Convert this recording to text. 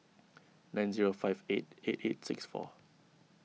nine zero five eight eight eight six four